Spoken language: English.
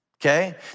okay